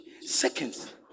seconds